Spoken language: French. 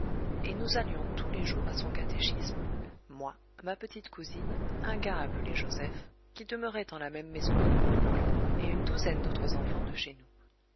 et nous allions tous les jours à son catéchisme moi ma petite cousine un gars appelé joseph qui demeurait en la même maison que mon oncle et une douzaine d'autres enfants de chez nous